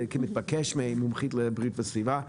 כמתבקש ממומחית לבריאות וסביבה.